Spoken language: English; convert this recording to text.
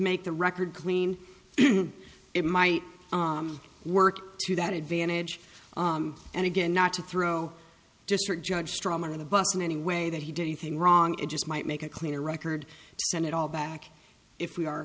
make the record clean it might work to that advantage and again not to throw district judge strawman of the bus in any way that he did anything wrong it just might make a cleaner record send it all back if we are